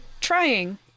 trying